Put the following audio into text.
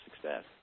success